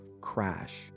crash